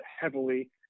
heavily